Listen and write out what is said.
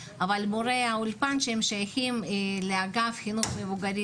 אבל מורי האולפן ששייכים לאגף חינוך מבוגרים